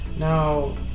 Now